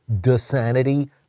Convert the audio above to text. de-sanity